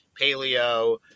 paleo